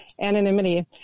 anonymity